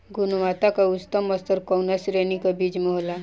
गुणवत्ता क उच्चतम स्तर कउना श्रेणी क बीज मे होला?